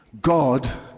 God